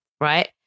right